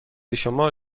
شما